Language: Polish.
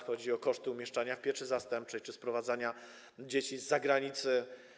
Chodzi o koszty umieszczania w pieczy zastępczej czy sprowadzania dzieci z zagranicy.